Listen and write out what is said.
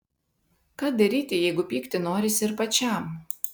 ką daryti jeigu pykti norisi ir pačiam